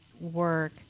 work